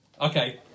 Okay